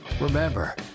Remember